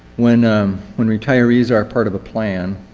when when retirees are part of a plan,